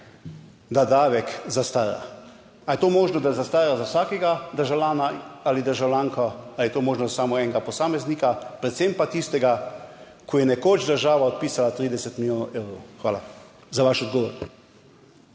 da davek zastara? Ali je to možno, da zastara za vsakega državljana ali državljanko? Ali je to možno samo enega posameznika, predvsem pa tistega, ko je nekoč država odpisala 30 milijonov evrov? Hvala za vaš odgovor.